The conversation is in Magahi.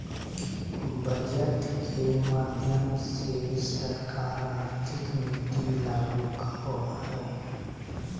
बजट के माध्यम से सरकार आर्थिक नीति लागू करो हय